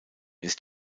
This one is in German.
ist